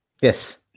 Yes